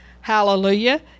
hallelujah